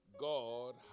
God